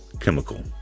Chemical